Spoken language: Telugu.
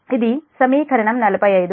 ఇది సమీకరణం 45